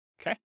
Okay